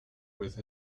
with